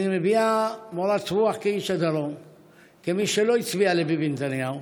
אני מביע מורת רוח כאיש הדרום וכמי שלא הצביע לביבי נתניהו.